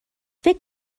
فکر